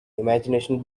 imagination